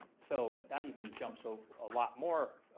so that even jumps so a lot more